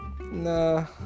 nah